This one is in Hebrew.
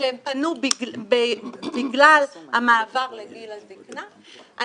שהם פנו אלינו בגלל המעבר לגיל הזקנה.